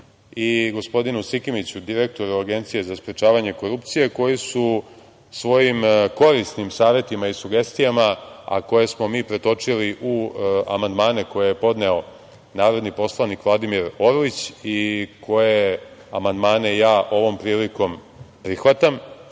i gospodinu Sikimiću, direktoru Agencije za sprečavanje korupcije, koji su svojim korisnim savetima i sugestijama, a koje smo mi pretočili u amandmane koje je podneo narodni poslanik Vladimir Orlić i koje amandmane ja ovom prilikom prihvatam. Dakle,